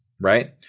Right